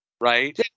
Right